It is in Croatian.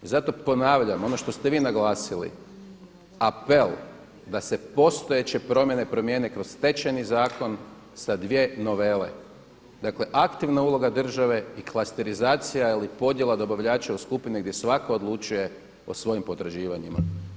Zato ponavljam ono što ste i vi naglasili, apel da se postojeće promjene promijene kroz Stečajni zakon, sa dvije novele, dakle aktivna uloga države i klasterizacija ili podjela dobavljača u skupine gdje svako odlučuje o svojim potraživanjima.